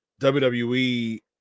WWE